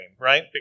right